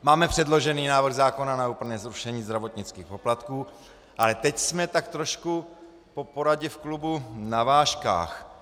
Máme předložený návrh zákona na úplné zrušení zdravotnických poplatků, ale teď jsme tak trošku po poradě v klubu na vážkách.